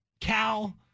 Cal